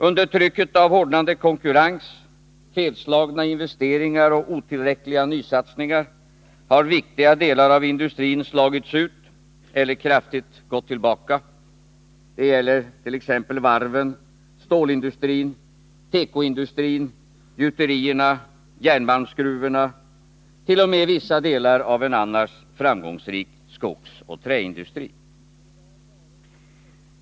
Under trycket av hårdnande konkurrens, felslagna investeringar och otillräckliga nysatsningar har viktiga delar av industrin slagits ut eller kraftigt gått tillbaka — det gäller t.ex. varven, stålindustrin, tekoindustrin, gjuterierna, järnmalmsgruvorna, t.o.m. vissa delar av en annars framgångsrik skogsoch träindustri.